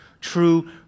true